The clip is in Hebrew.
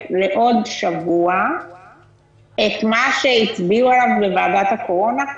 לעוד שבוע את מה שהצביעו עליו בוועדת הקורונה?